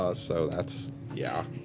ah so that's yeah